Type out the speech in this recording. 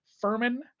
Furman